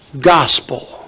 gospel